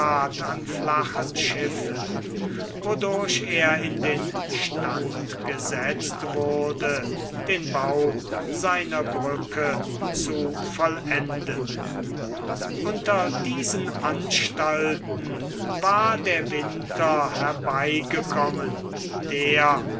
an flachen schiffen wodurch er in den stand gesetzt wurde den bau seiner brücke zu vollenden unter diesen anstalten war der winter herbeigekommen der